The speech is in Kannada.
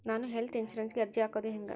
ನಾನು ಹೆಲ್ತ್ ಇನ್ಸುರೆನ್ಸಿಗೆ ಅರ್ಜಿ ಹಾಕದು ಹೆಂಗ?